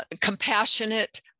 compassionate